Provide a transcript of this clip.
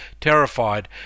terrified